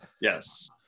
Yes